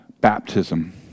baptism